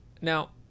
Now